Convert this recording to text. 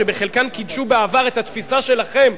שחלקן קידשו בעבר את התפיסה שלכם,